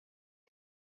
the